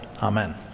Amen